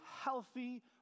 healthy